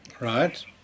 Right